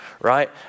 right